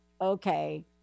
okay